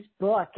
book